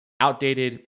outdated